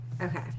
Okay